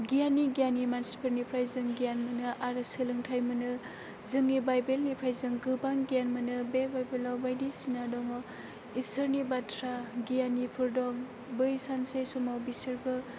गियानि गियानि मानसिफोरनिफ्राय जों गियान मोनो आरो सोलोंथाइ मोनो जोंनि बाइबेलनिफ्राय जों गोबां गियान मोनो बे बाइबेलाव बायदिसिना दङ इसोरनि बाथ्रा गियानफोर दं बै सानसे समाव बिसोरबो